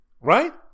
right